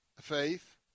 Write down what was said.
faith